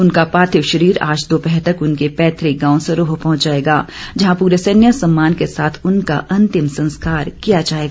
उनका पार्थिव शरीर आज दोपहर तक उनके पैतृक गांव सरोह पहुंच जाएगा जहां पूरे सैन्य सम्मान के साथ उनका अंतिम संस्कार किया जाएगा